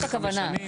זוהי הכוונה,